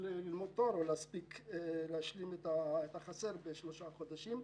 ללמוד תואר או להספיק להשלים את החסר בשלושה חודשים.